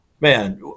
man